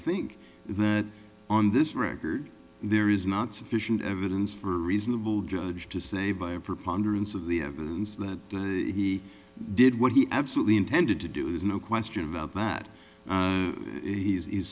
think that on this record there is not sufficient evidence for reasonable judge to say by a preponderance of the evidence that he did what he absolutely intended to do there's no question about that